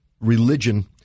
religion